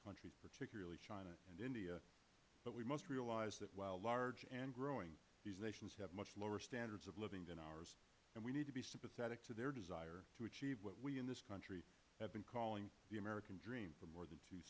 countries particularly china and india but we must realize that while large and growing these nations have much lower standards of living than ours and we need to be sympathetic to their desire to achieve what we in this country have been calling the american dream for more than two